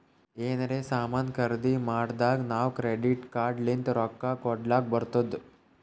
ಎನಾರೇ ಸಾಮಾನ್ ಖರ್ದಿ ಮಾಡ್ದಾಗ್ ನಾವ್ ಕ್ರೆಡಿಟ್ ಕಾರ್ಡ್ ಲಿಂತ್ ರೊಕ್ಕಾ ಕೊಡ್ಲಕ್ ಬರ್ತುದ್